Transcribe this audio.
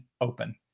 Open